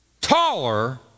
taller